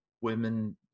women